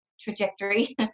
trajectory